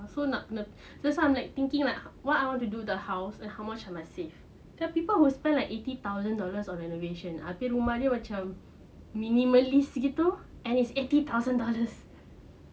so that's why I'm like thinking about what I want to do to the house and how much I must save there are people who spend like eighty thousand dollars on renovation abeh rumah dia macam minimalist gitu and it's eighty thousand dollars